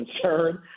concern